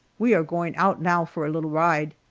we are going out now for a little ride.